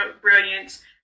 brilliance